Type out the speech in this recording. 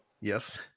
Yes